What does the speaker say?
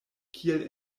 kiel